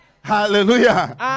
Hallelujah